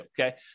okay